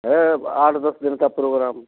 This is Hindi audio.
है आठ दस दिन का प्रोग्राम